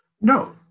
No